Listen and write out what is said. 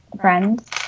friends